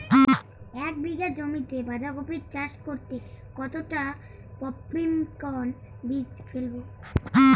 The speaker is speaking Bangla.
এক বিঘা জমিতে বাধাকপি চাষ করতে কতটা পপ্রীমকন বীজ ফেলবো?